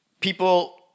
people